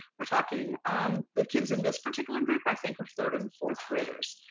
we're talking um the kids in this particular group i think we're third and fourth graders.